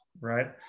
right